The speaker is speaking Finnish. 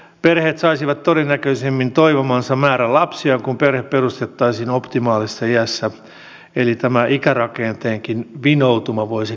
perheet saisivat todennäköisemmin toivomansa määrän lapsia kun perhe perustettaisiin optimaalisessa iässä eli tämä ikärakenteenkin vinoutuma voisi korjaantua